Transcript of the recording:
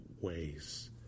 ways